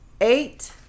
Eight